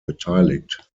beteiligt